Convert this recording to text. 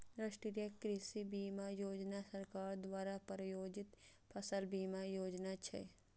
राष्ट्रीय कृषि बीमा योजना सरकार द्वारा प्रायोजित फसल बीमा योजना छियै